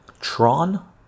Tron